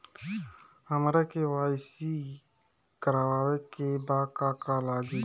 हमरा के.वाइ.सी करबाबे के बा का का लागि?